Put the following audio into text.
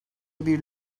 bir